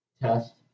test